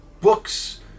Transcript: books